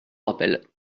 rappelle